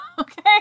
Okay